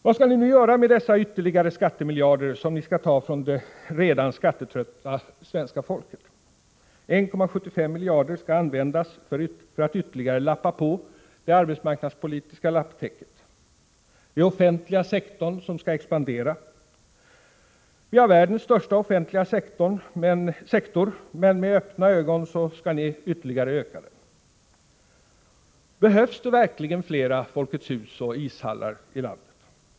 Vad skall ni nu göra med dessa ytterligare skattemiljarder som ni skall ta från det redan skattetrötta svenska folket? 1,75 miljarder skall användas för att ytterligare lappa på det arbetsmarknadspolitiska lapptäcket. Det är offentliga sektorn som skall expandera. Vi har världens största offentliga sektor. Med öppna ögon tänker ni ytterligare öka den. Behövs det verkligen flera Folkets hus och ishallar i landet?